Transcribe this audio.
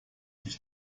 dich